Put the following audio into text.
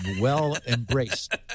well-embraced